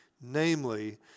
namely